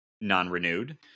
non-renewed